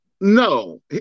No